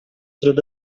through